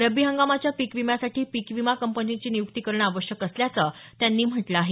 रब्बी हंगामाच्या पीक विम्यासाठी पीक विमा कंपनीची निय्क्ती करण आवश्यक असल्याचं त्यांनी म्हटलं आहे